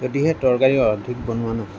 যদিহে তৰকাৰী অধিক বনোৱা নহয়